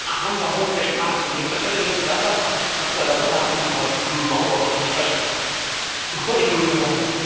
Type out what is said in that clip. अहं बहून् पृष्टवानस्मि पश्यतु किं दशसहस्रं दशसहस्रं बहु अधिकं बहु बहु अस्ति पश्यतु बहु अधिकं ब्र